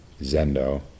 Zendo